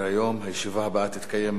הישיבה הבאה תתקיים מחר,